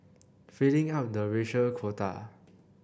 filling up the racial quota